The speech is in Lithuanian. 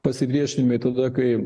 pasipriešinimai tada kai